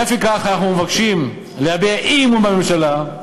לפיכך, אנחנו מבקשים להביע אי-אמון בממשלה,